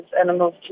animals